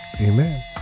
Amen